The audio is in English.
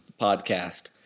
podcast